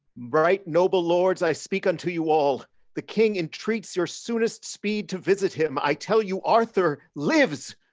right noble lords, i speak unto you all the king entreats your soonest speed to visit him, i tell you arthur lives,